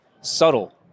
subtle